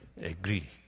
agree